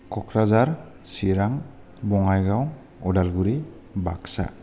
Kokrajhar Chirang Bongaigaon Udalguri Baksa